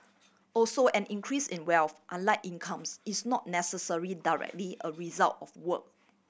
also an increase in wealth unlike incomes is not necessary directly a result of work